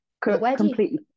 completely